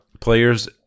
players